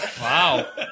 Wow